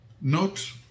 Note